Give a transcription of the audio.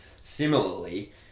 similarly